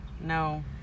No